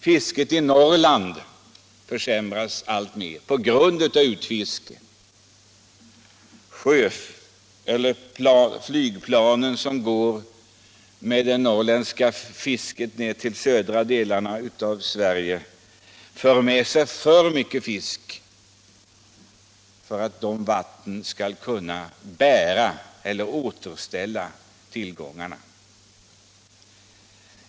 Fisket i Norrland försämras alltmer på grund av utfiskning. De flygplan som går med norrländsk fisk till de södra delarna av Sverige för med sig för mycket fisk för att tillgångarna i de vattnen skall kunna återställas.